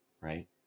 right